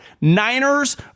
Niners